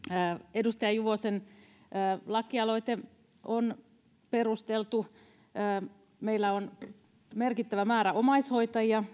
edustaja juvosen lakialoite on perusteltu meillä on merkittävä määrä omaishoitajia